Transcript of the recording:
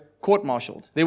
court-martialed